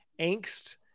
angst